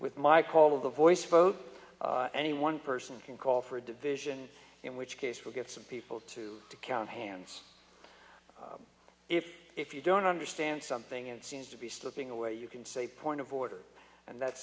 with my call of the voice vote any one person can call for a division in which case we'll get some people to count hands if if you don't understand something it seems to be slipping away you can say point of order and that's